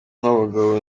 nk’abagabo